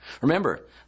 Remember